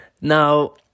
Now